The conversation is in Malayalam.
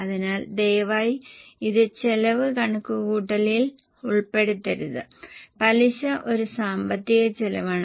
അതിനാൽ ദയവായി ഇത് ചെലവ് കണക്കുകൂട്ടലിൽ ഉൾപ്പെടുത്തരുത് പലിശ ഒരു സാമ്പത്തിക ചെലവാണ്